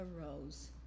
arose